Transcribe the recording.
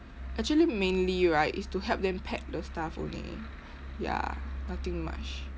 actually mainly right is to help them pack the stuff only ya nothing much